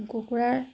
কুকুৰা